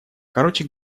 короче